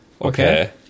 Okay